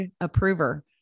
approver